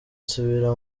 nsubira